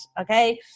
okay